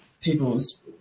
people's